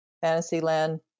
Fantasyland